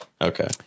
okay